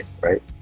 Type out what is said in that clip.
right